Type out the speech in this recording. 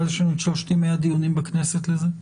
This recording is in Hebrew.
ואז יש לנו את שלושת ימי הדיונים בכנסת לזה.